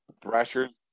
Thrasher's